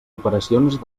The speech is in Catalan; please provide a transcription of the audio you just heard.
operacions